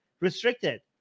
restricted